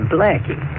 Blackie